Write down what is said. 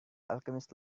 alchemist